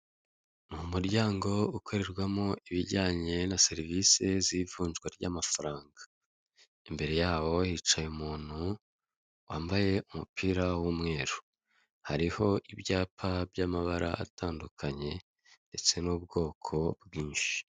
Umuryango ukorerwamo ibijyanye na serivise z'ivunjwa ry'amafaranga. Imbere yaho hicaye umuntu wambaye umupira w'umweru. Hariho ibyapa by'amabara atandukanye ndetse n'ubwoko bwinshi.